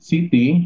City